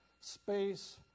space